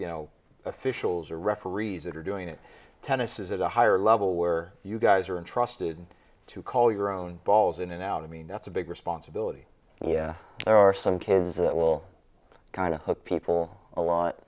you know officials or referees that are doing it tennis is at a higher level where you guys are entrusted to call your own balls in and out i mean that's a big responsibility yeah there are some kids that will kind of hurt people a lot